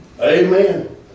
Amen